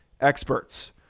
experts